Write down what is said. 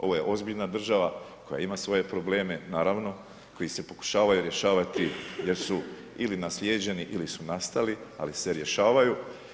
Ovo je ozbiljna država koja ima svoje probleme, naravno, koji se pokušavaju rješavati jer su ili naslijeđeni ili su nastali ali se rješavaju.